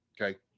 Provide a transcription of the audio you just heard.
Okay